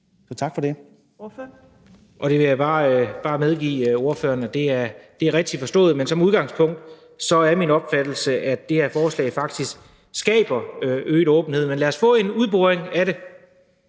Så tak for det.